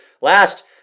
Last